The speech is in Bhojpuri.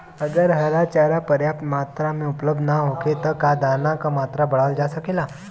अगर हरा चारा पर्याप्त मात्रा में उपलब्ध ना होखे त का दाना क मात्रा बढ़ावल जा सकेला?